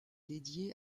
dédiée